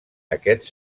aquests